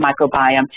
microbiome